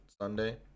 Sunday